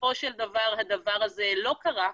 בסופו של דבר, הדבר הזה לא קרה.